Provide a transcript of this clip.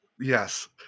Yes